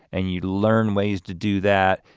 and you learn ways to do that.